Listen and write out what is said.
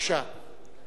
יש בעיה